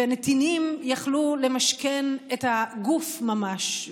ונתינים יכלו למשכן את הגוף ממש,